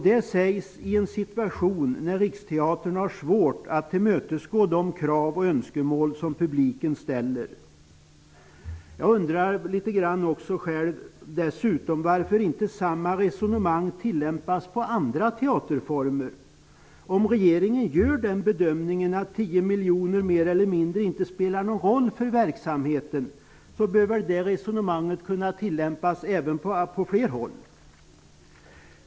Det sägs i en situation när Riksteatern har svårt att tillmötesgå de krav och önskemål som publiken ställer. Jag undrar dessutom varför inte samma resonemang tillämpas på andra teaterformer. Om regeringen gör den bedömningen att tio miljoner mer eller mindre inte spelar någon roll för verksamheten bör det resonemanget kunna tillämpas på fler håll.